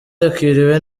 yakiriwe